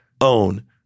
own